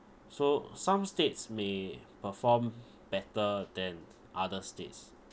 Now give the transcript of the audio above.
so some states may perform better than other states